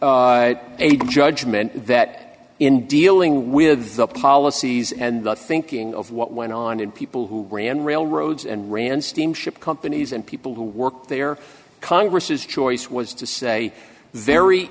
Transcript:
for a judgment that in dealing with the policies and thinking of what went on in people who ran railroads and ran steamship companies and people who worked there congresses choice was to say very